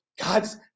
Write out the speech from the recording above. God's